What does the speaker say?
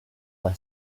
fly